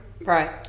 right